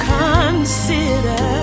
consider